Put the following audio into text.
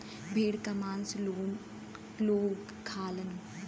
भेड़ क मांस लोग खालन